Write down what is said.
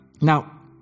Now